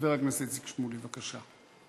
חבר הכנסת איציק שמולי, בבקשה.